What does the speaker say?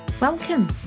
Welcome